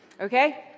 Okay